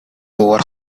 over